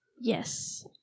Yes